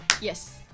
Yes